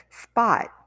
spot